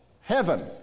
heaven